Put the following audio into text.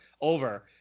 over